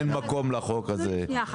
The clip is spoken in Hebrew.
אין מקום לחוק הזה,